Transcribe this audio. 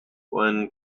one